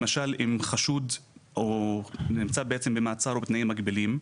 למשל אם חשוד נמצא במעצר או בתנאים מגבילים,